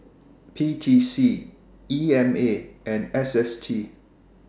P T C E M A and S S T